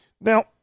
Now